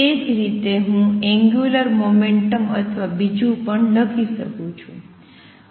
તે જ રીતે હું એંગ્યુલર મોમેંટમ અથવા બીજું પણ લખી શકું છું